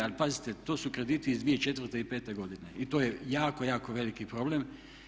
Ali pazite, to su krediti iz 2004. i pete godine i to je jako, jako veliki problem.